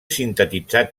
sintetitzat